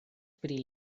pri